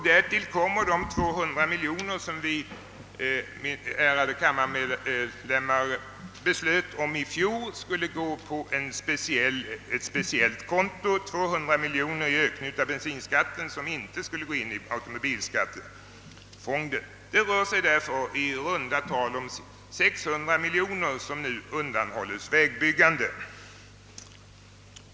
Därtill kommer de 200 miljoner i form av ökning av bensinskatten som inte skulle ingå i automobilskattefonden som vi, ärade kammarledamöter, i fjol beslöt skulle gå till ett speciellt konto. I runda tal rör det sig därför om 600 miljoner kronor som nu undanhålls vägbyggandet.